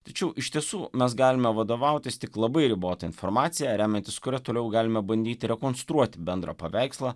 tačiau iš tiesų mes galime vadovautis tik labai ribota informacija remiantis kuria toliau galime bandyti rekonstruoti bendrą paveikslą